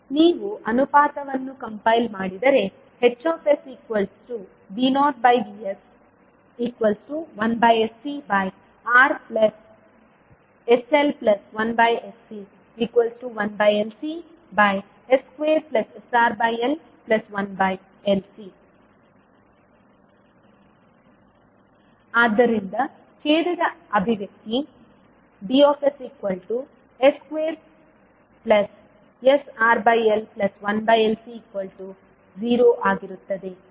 ನೀವು ಅನುಪಾತವನ್ನು ಕಂಪೈಲ್ ಮಾಡಿದರೆ HsV0Vs1sCR sL 1sC1LCs2sRL1LC ಆದ್ದರಿಂದ ಛೇದದ ಅಭಿವ್ಯಕ್ತಿ Ds2sRL1LC0 ಆಗಿರುತ್ತದೆ